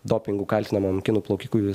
dopingu kaltinamam kinų plaukikui